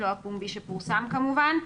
לא הפומבי שפורסם כמובן.